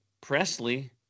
Presley